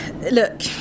Look